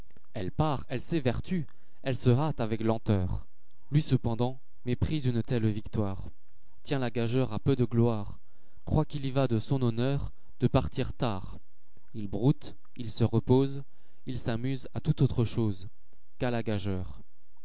elle part elle s'évertue elle se hâte avec lenteur lui cependant méprise une telle victoire tient la gageure a peu de gloire croit qu'il y va de son honneur de partir tard il broute il se repose il s'amuse à tout autre chose qu'à la gageure